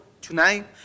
tonight